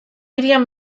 hirian